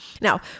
Now